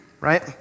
right